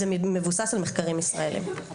זה מבוסס על מחקרים ישראלים.